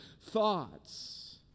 thoughts